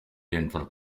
denver